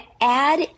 add